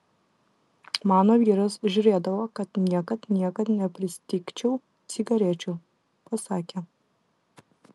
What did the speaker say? mano vyras žiūrėdavo kad niekad niekad nepristigčiau cigarečių pasakė